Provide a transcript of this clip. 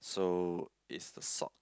so it's the sock